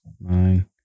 nine